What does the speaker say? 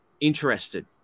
interested